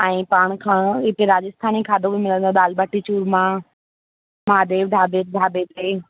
ऐं पाण खां हिते राजस्थानी खाधो बि मिलंदो आहे दाल भाटी चुरमा महादेव ढाबे ढाबे ते